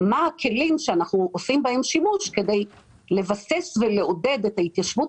מה הכלים שאנחנו עושים בהם שימוש כדי לבסס ולעודד את ההתיישבות